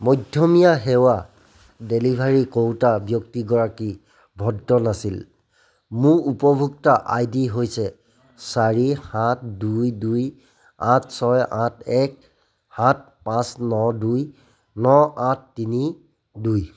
মধ্যমীয়া সেৱা ডেলিভাৰী কৰোঁতা ব্যক্তিগৰাকী ভদ্ৰ নাছিল মোৰ উপভোক্তা আই ডি হৈছে চাৰি সাত দুই দুই আঠ ছয় আঠ এক সাত পাঁচ ন দুই ন আঠ তিনি দুই